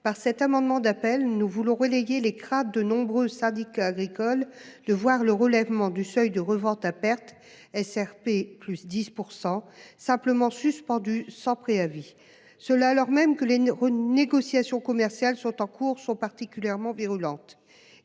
Par cet amendement d'appel, nous voulons relayer les craintes de nombreux syndicats agricoles de voir le relèvement de 10 % du seuil de revente à perte simplement suspendu, sans préavis, alors même que les négociations commerciales en cours sont particulièrement virulentes.